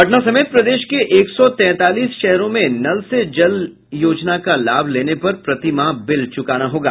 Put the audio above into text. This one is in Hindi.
पटना समेत प्रदेश के एक सौ तैतालीस शहरों में नल से जल योजना का लाभ लेने पर प्रतिमाह बिल चुकाना होगा